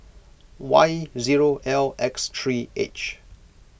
Y zero L X three H